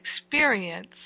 experience